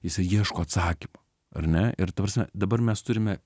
jisai ieško atsakymo ar ne ir ta prasme dabar mes turime